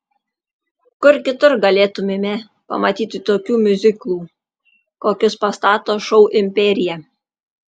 kur kitur galėtumėme pamatyti tokių miuziklų kokius pastato šou imperija